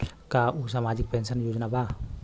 का उ सामाजिक पेंशन योजना बा?